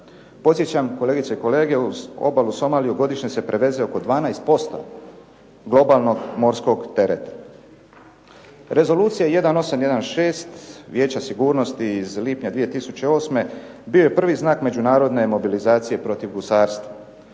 Podsjećam, kolegice i kolege, uz obalu Somaliju godišnje se preveze oko 12% globalnog morskog tereta. Rezolucija 18/16 Vijeća sigurnosti iz lipnja 2008. bio je prvi znak međunarodne mobilizacije protiv gusarstva.